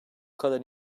kadar